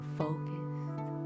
focused